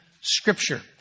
Scripture